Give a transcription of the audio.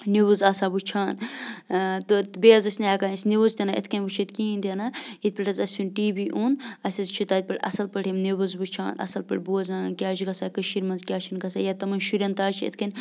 news آسان وٕچھان تہٕ بیٚیہِ حظ ٲسۍ نہٕ ہٮ۪کان أسۍ نِوٕز تہِ نہٕ یِتھ کٔنۍ وٕچھِتھ کِہیٖنۍ تہِ نہٕ ییٚتہِ پٮ۪ٹھ حظ اَسہِ وٕنۍ ٹی وی اوٚن اَسہِ حظ چھُ تَتہِ پٮ۪ٹھ اَصٕل پٲٹھۍ یِم نِوٕز وٕچھان اَصٕل پٲٹھۍ بوزان کیٛاہ چھِ گژھان کٔشیٖرِ منٛز کیٛاہ چھِنہٕ گژھان یا تِمَن شُرٮ۪ن تہِ حظ چھِ یِتھ کٔنۍ